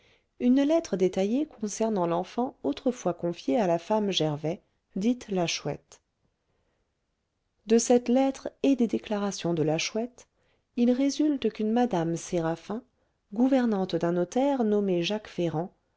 une lettre détaillée concernant l'enfant autrefois confié à la femme gervais dite la chouette de cette lettre et des déclarations de la chouette il résulte qu'une mme séraphin gouvernante d'un notaire nommé jacques ferrand